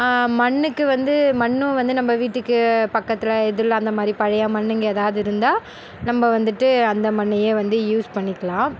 மண்ணுக்கு வந்து மண்ணும் வந்து நம்ம வீட்டுக்கு பக்கத்தில் இதில் அந்தமாதிரி பழைய மண்ணுங்க எதாவது இருந்தால் நம்ம வந்துகிட்டு அந்த மண்ணையே வந்து யூஸ் பண்ணிக்கலாம்